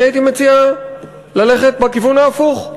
אני הייתי מציע ללכת בכיוון ההפוך: